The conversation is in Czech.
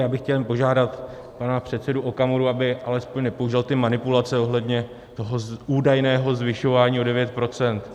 Já bych chtěl jenom požádat pana předsedu Okamuru, aby alespoň nepoužíval ty manipulace ohledně toho údajného zvyšování o 9 %.